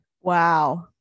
Wow